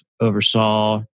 Oversaw